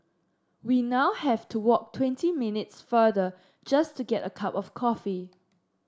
we now have to walk twenty minutes farther just to get a cup of coffee